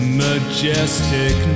majestic